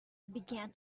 began